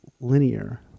linear